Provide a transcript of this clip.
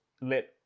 let